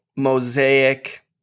mosaic